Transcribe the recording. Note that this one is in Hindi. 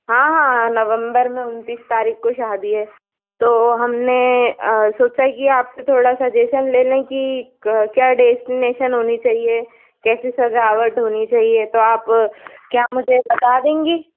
हाँ हाँ नवम्बर में उनतीस तारीख को शादी है तो हमने सोचा कि आपसे थोड़ा सजेशन ले लें कि क्या डेस्टिनेशन होनी चाहिए कैसे सजावट होनी चाहिए तो आप क्या मुझे बता देंगे